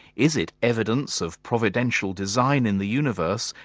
is it evidence of providential design in the universe,